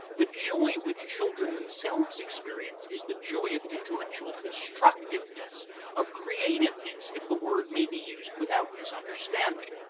the joy which children themselves experience is the joy of intellectual constructiveness of creativeness, if the word may be used without misunderstanding.